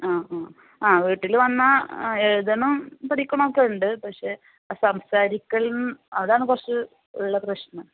ആ ആ അവൾ വീട്ടിൽ വന്നാൽ എഴുതണം പഠിക്കണൊക്കെ ഉണ്ട് പക്ഷേ സംസാരിക്കൽ അതാണ് കുറച്ച് ഉള്ള പ്രശ്നം